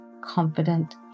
Confident